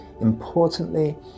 importantly